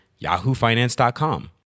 yahoofinance.com